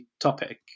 topic